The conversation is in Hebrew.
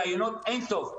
יש רעיונות אין סוף,